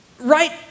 Right